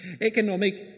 economic